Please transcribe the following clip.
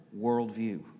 worldview